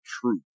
truth